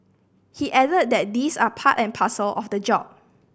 he added that these are part and parcel of the job